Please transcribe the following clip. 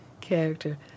character